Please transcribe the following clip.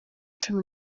cumi